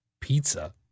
pizza